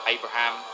Abraham